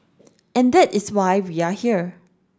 and that is why we are here